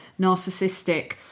narcissistic